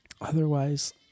Otherwise